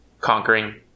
conquering